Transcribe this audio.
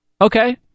Okay